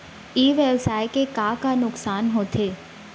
ई व्यवसाय के का का नुक़सान होथे?